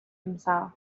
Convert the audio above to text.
himself